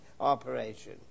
operation